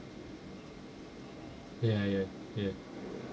ya ya yeah